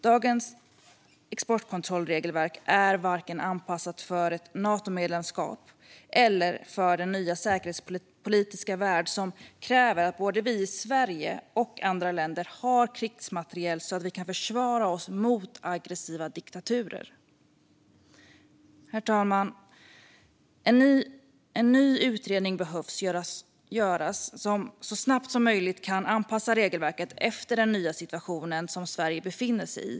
Dagens exportkontrollregelverk är inte anpassat för vare sig ett Natomedlemskap eller för den nya säkerhetspolitiska värld som kräver att både vi i Sverige och andra länder har krigsmateriel så att vi kan försvara oss mot aggressiva diktaturer. Herr talman! En ny utredning behöver göras så snabbt som möjligt om hur regelverket kan anpassas efter den nya situation som Sverige befinner sig i.